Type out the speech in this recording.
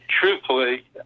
truthfully